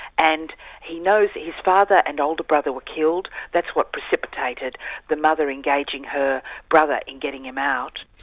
and he knows his father and older brother were killed, that's what precipitated the mother engaging her brother in getting him out.